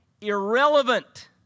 irrelevant